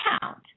count